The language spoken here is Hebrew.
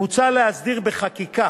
מוצע להסדיר בחקיקה